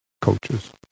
coaches